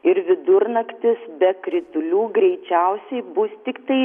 ir vidurnaktis be kritulių greičiausiai bus tiktai